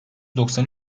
doksan